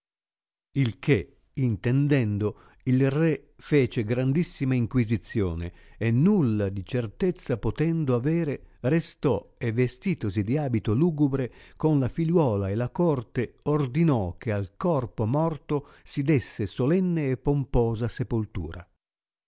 il che intendendo il re fece grandissima inquisizione e nulla di certezza potendo avere restò e vestitosi di abito lugubre con la figliuola e la corte ordinò che al corpo morto si desse solenne e pomposa sepoltura